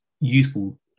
useful